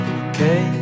okay